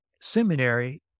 seminary